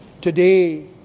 today